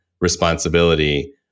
responsibility